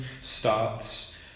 starts